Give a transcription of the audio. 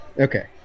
Okay